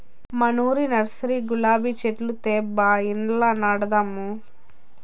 మనూరి నర్సరీలో గులాబీ చెట్లు తేబ్బా ఇంట్ల నాటదాము